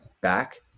back